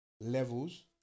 levels